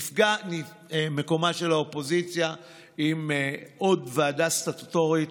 נפקד מקומה של האופוזיציה בעוד ועדה סטטוטורית,